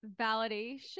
Validation